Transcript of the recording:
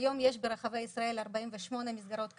כיום יש ברחבי ישראל 48 מסגרות כאלה,